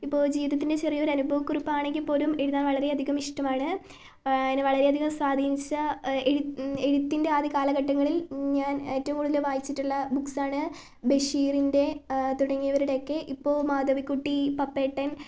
ഇപ്പോൾ ജീവിതത്തിൻ്റെ ചെറിയ ഒരു അനുഭവ കുറിപ്പ് ആണെങ്കിൽ പോലും എഴുതാൻ വളരെ അധികം ഇഷ്ട്ടമാണ് എന്നെ വളരെ അധികം സ്വാധീനിച്ച എഴുത്തിൻ്റെ ആദ്യ കാലഘട്ടങ്ങളിൽ ഞാൻ ഏറ്റവും കൂടുതൽ വായിച്ചിട്ടുള്ള ബുക്ക്സ് ആണ് ബഷീറിൻ്റെ തുടങ്ങിയവരുടെ ഒക്കെ ഇപ്പോ മാധവിക്കുട്ടി പപ്പേട്ടൻ